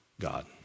God